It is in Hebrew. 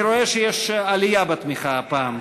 53. אני רואה שיש עלייה בתמיכה הפעם,